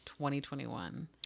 2021